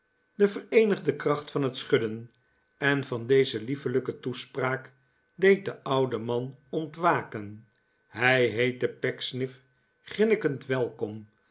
de vereenigde kracht van het schudden en van deze liefelijke toespraak deed den ouden man ontwaken hij heette pecksniff grinnikend welkom